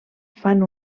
fan